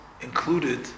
included